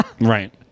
Right